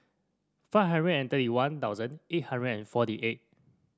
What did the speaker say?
five hundred and thirty One Thousand eight hundred and forty eight